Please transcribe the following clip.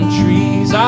trees